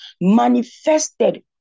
manifested